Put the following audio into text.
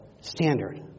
standard